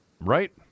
Right